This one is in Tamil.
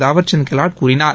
தாவர்சந்த் கெலாட் கூறினார்